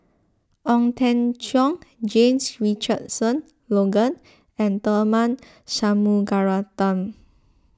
Ong Teng Cheong James Richardson Logan and Tharman Shanmugaratnam